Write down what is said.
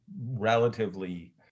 relatively